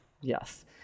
Yes